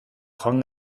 joan